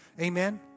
Amen